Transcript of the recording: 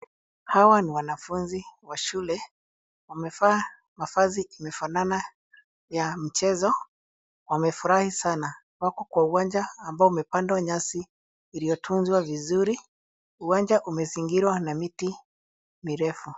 Hawa ni wanafunzi wa shule. Wamevaa mavazi imefanana ya mchezo. Wamefurahi sana. Wako kwa uwanja ambao umepandwa nyasi iliyotunzwa vizuri. Uwanja umezingirwa na miti mirefu.